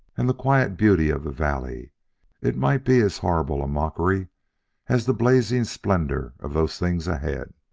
and the quiet beauty of the valley it might be as horrible a mockery as the blazing splendor of those things ahead